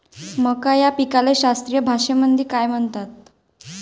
मका या पिकाले शास्त्रीय भाषेमंदी काय म्हणतात?